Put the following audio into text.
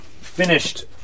finished